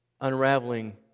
unraveling